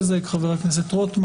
הכנסת,